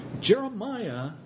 Jeremiah